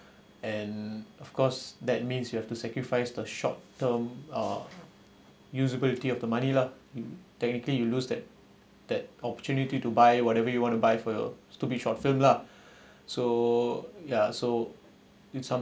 and of course that means you have to sacrifice the short term uh usability of the money lah technically you lose that that opportunity to buy whatever you want to buy for your should be short terms lah so ya so it some